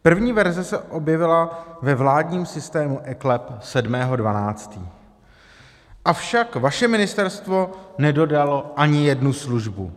První verze se objevila ve vládním systému eKLEP 7. 12., avšak vaše ministerstvo nedodalo ani jednu službu.